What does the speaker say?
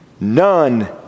None